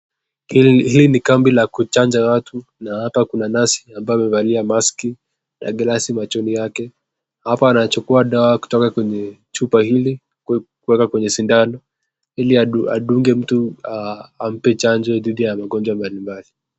Hili ni kambi la kuchanja watu na hapa kuna nesi ambaye amevalia (cs)maski(cs) ya glasi machoni mwake hapa anachukua dawa kutoka kwenye chupa hili kueka kwenye sindani ili adunge mtu ampe chanjo dhidi ya magonjwa mbalimbali.